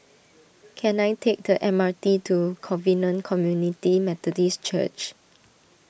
can I take the M R T to Covenant Community Methodist Church